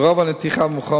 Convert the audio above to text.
על-פי רוב הנתיחה במכון